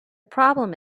problem